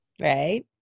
Right